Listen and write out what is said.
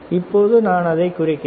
இப்போது நான் அதை குறைக்கிறேன்